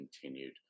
continued